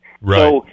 Right